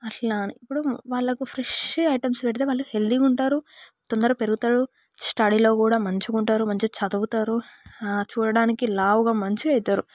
అలా అని ఇప్పుడు వాళ్ళకు ఫ్రెష్ ఐటమ్స్ పెడితే వాళ్ళు హెల్దిగా ఉంటారు తొందరగా పెరుగుతారు స్టడీలో కూడా మంచిగా ఉంటారు మంచిగా చదువుతారు చూడడానికి లావుగా మంచిగా అవుతారు